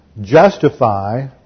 Justify